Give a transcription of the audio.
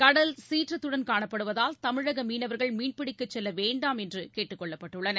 கடல் சீற்றத்துடன் காணப்படுவதால் தமிழக மீனவர்கள் மீன்பிடிக்க செல்ல வேண்டாம் என்றுகேட்டுக் கொள்ளப்பட்டுள்ளனர்